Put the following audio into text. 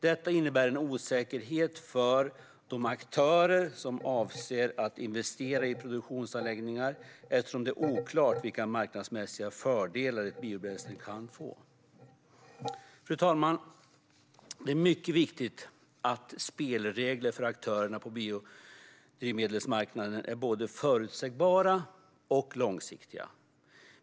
Detta innebär en osäkerhet för de aktörer som avser att investera i produktionsanläggningar eftersom det är oklart vilka marknadsmässiga fördelar ett biobränsle kan få. Fru talman! Det är mycket viktigt att spelregler för aktörerna på biodrivmedelsmarknaden är både förutsägbara och långsiktiga.